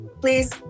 Please